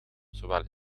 zowel